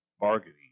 bargaining